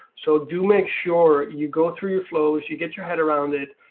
so do make sure you go through your flows, you get your head around it.